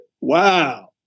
Wow